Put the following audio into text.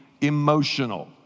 emotional